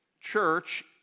Church